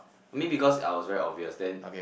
I mean because I was very obvious then